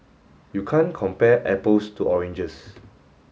you can't compare apples to oranges